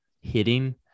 hitting